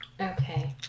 Okay